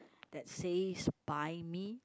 that says buy me